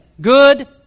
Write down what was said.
good